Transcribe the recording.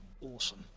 awesome